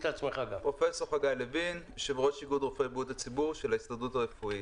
יושב-ראש איגוד רופאי בריאות הציבור של הסתדרות הרפואית,